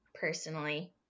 personally